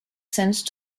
sense